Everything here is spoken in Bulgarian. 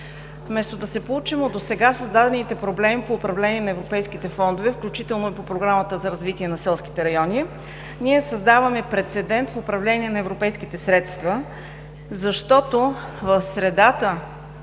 Вместо да се поучим от досега създадените проблеми по управление на европейските фондове, включително и по Програмата за развитие на селските райони, ние създаваме прецедент в управление на европейските средства, защото в средата